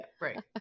Right